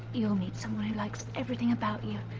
you'll meet someone who likes everything about you,